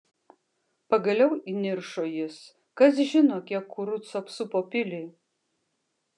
pagaliau įniršo jis kas žino kiek kurucų apsupo pilį